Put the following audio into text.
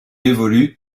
évolue